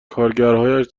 کارگرهاش